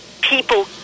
people